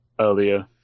earlier